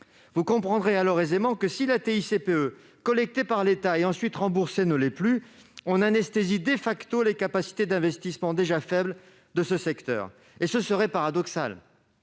Vous comprendrez alors aisément que, si la TICPE collectée par l'État et ensuite remboursée ne l'est plus, on anesthésie les capacités d'investissement déjà faibles de ce secteur. Ce serait paradoxal